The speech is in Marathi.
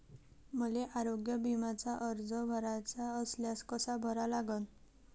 मले आरोग्य बिम्याचा अर्ज भराचा असल्यास कसा भरा लागन?